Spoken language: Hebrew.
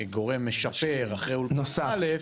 גורם משפר אחרי אולפן א',